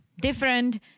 Different